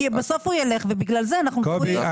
בסוף הוא ילך ובגלל זה אנחנו תקועים.